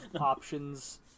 options